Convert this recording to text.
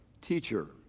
Teacher